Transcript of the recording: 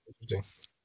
Interesting